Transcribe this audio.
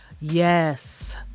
Yes